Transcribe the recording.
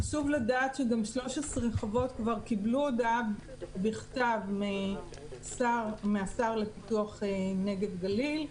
חשוב לדעת שגם 13 חוות כבר קיבלו הודעה בכתב מהשר לפיתוח נגב גליל.